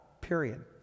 period